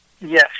Yes